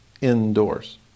indoors